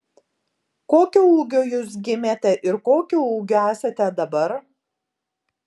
kokio ūgio jūs gimėte ir kokio ūgio esate dabar